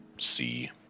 see